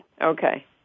Okay